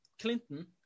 Clinton